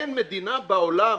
אין מדינה בעולם,